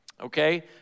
Okay